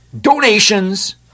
donations